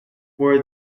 where